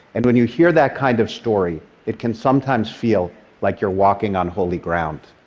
and when you hear that kind of story, it can sometimes feel like you're walking on holy ground.